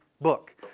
book